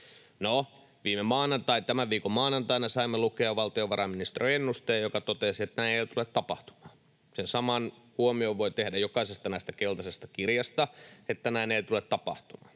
viimeistään vuonna 27. Tämän viikon maanantaina saimme lukea valtiovarainministeriön ennusteen, joka totesi, että näin ei tule tapahtumaan. Sen saman huomion voi tehdä jokaisesta näistä keltaisesta kirjasta, että näin ei tule tapahtumaan.